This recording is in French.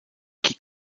qui